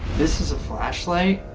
this is a flashlight.